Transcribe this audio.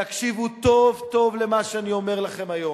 תקשיבו טוב טוב למה שאני אומר לכם היום.